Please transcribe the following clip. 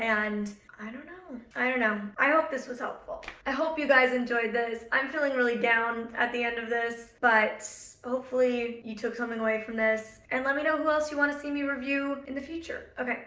and i don't know. i don't know. i hope this was helpful. i hope you guys enjoyed this. i'm feeling really down at the end of this, but hopefully you took something away from this and let me know who else you wanna see me review in the future. okay,